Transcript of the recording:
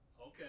Okay